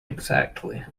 exactly